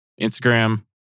Instagram